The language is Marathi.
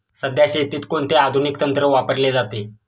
सध्या शेतीत कोणते आधुनिक तंत्र वापरले जाते?